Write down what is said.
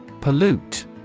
Pollute